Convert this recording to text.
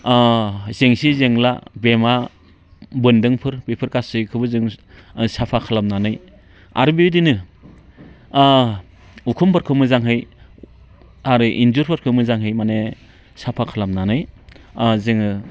जेंसि जेंला बेमा बोन्दोंफोर बेफोर गासैखौबो जोङो साफा खालामनानै आरो बेबायदिनो उखुमफोरखौ मोजाङै आरो इन्जुरफोरखौ मोजाङै माने साफा खालामनानै जोङो